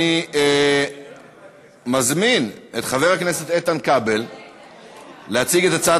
אני מזמין את חבר הכנסת איתן כבל להציג את הצעת